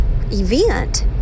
event